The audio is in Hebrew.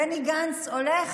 בני גנץ, הולך